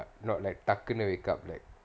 not like டக்குன்னு:takkunnu wake up like